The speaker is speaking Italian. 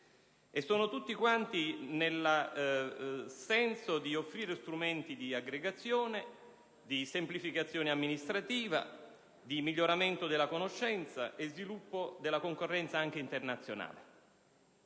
vanno tutti nel senso di offrire strumenti di aggregazione, di semplificazione amministrativa, di miglioramento della conoscenza e di sviluppo della concorrenza internazionale.